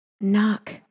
Knock